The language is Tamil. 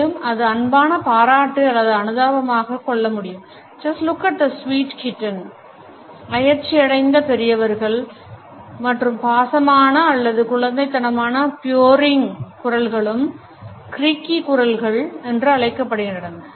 மேலும் அது அன்பான பாராட்டு அல்லது அனுதாபமாக கொள்ள முடியும்"just look at that sweet kitten"அயற்ச்சியடைந்த பெரியவர்கள் மற்றும் பாசமான அல்லது குழந்தைத்தனமான purring குரல்களும் creaky குரல்கள் என்று அழைக்கப்படுகின்றன